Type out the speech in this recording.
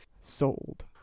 sold